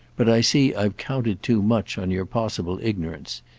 but i see i've counted too much on your possible ignorance.